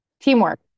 Teamwork